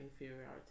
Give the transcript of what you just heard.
inferiority